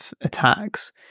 attacks